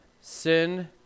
sin